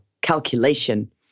calculation